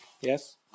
Yes